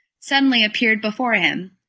suddenly appeared before him.